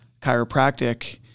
chiropractic